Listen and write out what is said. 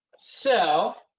so,